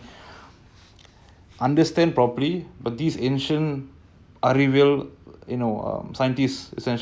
you kind of see that but if it's gonna be ஆன்மீக:aanmeega like if it's like I feel